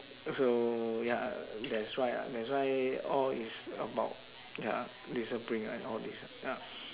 also ya that's why ah that's why all is about ya discipline and all this ya